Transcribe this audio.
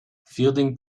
fielding